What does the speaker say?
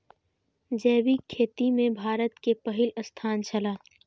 जैविक खेती में भारत के पहिल स्थान छला